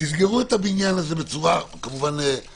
תסגרו את הבניין בצורה נורמלית.